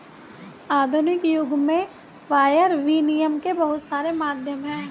आधुनिक युग में वायर विनियम के बहुत सारे माध्यम हैं